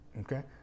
okay